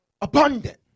abundant